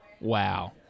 Wow